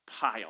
pile